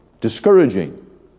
discouraging